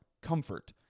comfort